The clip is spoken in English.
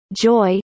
joy